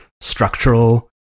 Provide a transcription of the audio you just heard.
structural